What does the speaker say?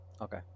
Okay